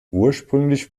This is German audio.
ursprünglich